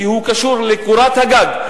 כי הוא קשור לקורת הגג,